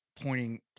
pointing